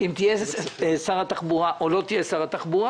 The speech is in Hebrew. תהיה שר התחבורה או לא תהיה שר התחבורה,